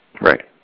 Right